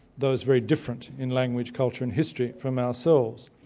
those very different in language culture and history from ourselves.